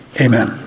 Amen